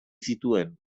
zituen